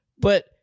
But-